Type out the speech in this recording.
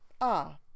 Ah